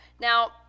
Now